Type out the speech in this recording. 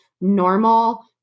normal